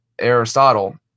Aristotle